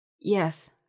Yes